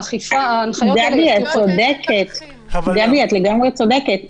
ההנחיות האלה --- גבי, את לגמרי צודקת,